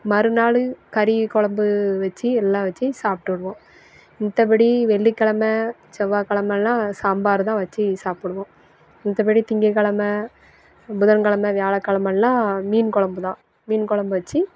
மறுநாள் கறிக்குழம்பு வச்சு எல்லாம் வச்சு சாப்பிட்டுடுவோம் மத்தபடி வெள்ளிக்கிழம செவ்வாக்கிழமலாம் சாம்பார் தான் வச்சு சாப்பிடுவோம் மத்தபடி திங்கக்கிழம புதன்கிழம வியாழக்கிழமலாம் மீன் குழம்பு தான் மீன் குழம்பு வச்சு